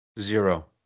Zero